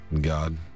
God